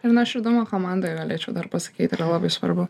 ir nuoširdumo komandoj galėčiau pasakyt yra labai svarbu